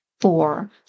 four